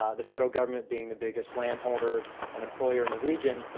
ah the federal government being the biggest land holder and employer in the region,